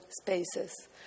spaces